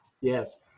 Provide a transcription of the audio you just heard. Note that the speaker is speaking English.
Yes